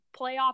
playoff